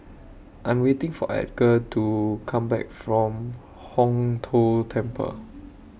I Am waiting For Edgar to Come Back from Hong Tho Temple